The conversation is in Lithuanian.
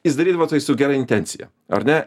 jis darydavo tai su gera intencija ar ne